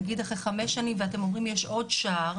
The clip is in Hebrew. נגיד אחרי חמש שנים ואתם אומרים יש עוד שער,